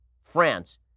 France